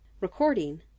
Recording